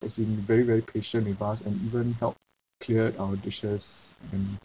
has been very very patient at the bars and even help cleared our dishes and